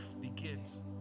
begins